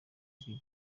bigira